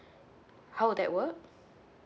how would that work